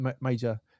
major